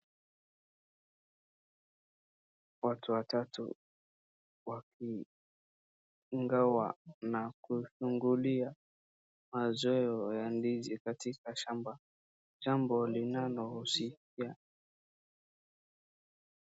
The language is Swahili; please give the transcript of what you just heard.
Watu watatu wakigawa na kufungulia mazao ya ndizi katika shamba, jambo linalo...